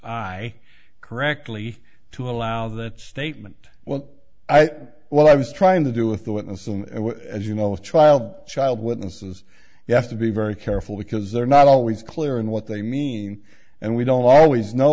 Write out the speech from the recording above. i correctly to allow that statement well i well i was trying to do a thought and so as you know a trial child witnesses you have to be very careful because they're not always clear in what they mean and we don't always know